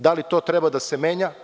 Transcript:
Da li to treba da se menja?